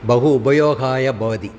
बहु उपयोगाय भवति